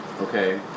okay